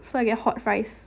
so I get hot fries